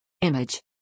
Image